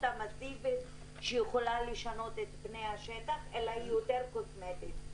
המסיבית שיכולה לשנות את פני השטח אלא היא יותר קוסמטית,